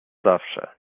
zawsze